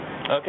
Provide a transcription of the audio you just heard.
okay